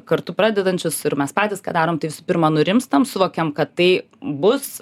kartu pradedančius ir mes patys ką darom tai visų pirma nurimstam suvokiam kad tai bus